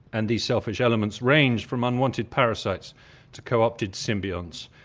and these selfish elements range from unwanted parasites to co-opted symbionts,